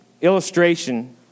illustration